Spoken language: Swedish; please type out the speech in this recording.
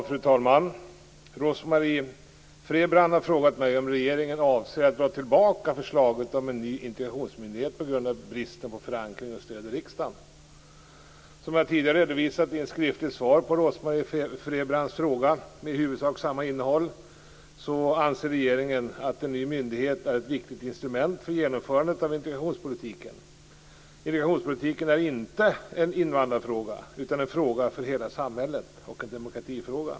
Fru talman! Rose-Marie Frebran har frågat mig om regeringen avser att dra tillbaka förslaget om en ny integrationsmyndighet på grund av bristen på förankring och stöd i riksdagen. Som jag tidigare har redovisat i ett skriftligt svar på en fråga från Rose-Marie Frebran med i huvudsak samma innehåll, anser regeringen att en ny myndighet är ett viktigt instrument för genomförandet av integrationspolitiken. Integrationspolitiken är inte en invandrarfråga utan en fråga för hela samhället och en demokratifråga.